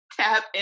Tap